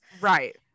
right